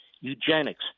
eugenics